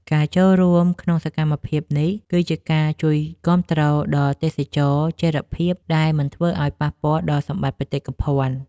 ការចូលរួមក្នុងសកម្មភាពនេះ គឺជាការជួយគាំទ្រដល់ទេសចរណ៍ចីរភាពដែលមិនធ្វើឱ្យប៉ះពាល់ដល់សម្បត្តិបេតិកភណ្ឌ។